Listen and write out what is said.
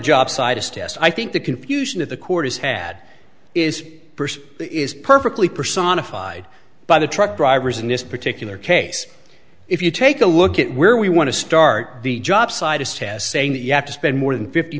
job sidesteps i think the confusion that the court has had is is perfectly personified by the truck drivers in this particular case if you take a look at where we want to start the job side is has saying that you have to spend more than fifty